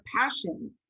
passion